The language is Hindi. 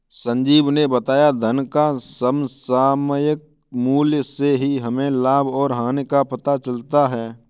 संजीत ने बताया धन का समसामयिक मूल्य से ही हमें लाभ और हानि का पता चलता है